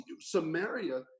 Samaria